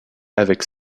avec